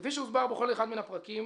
כפי שהוסבר בכל אחד מן הפרקים,